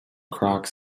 croix